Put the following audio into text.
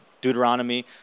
Deuteronomy